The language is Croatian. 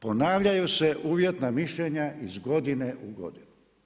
Ponavljaju se uvjetna mišljenja iz godine u godinu.